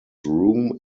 room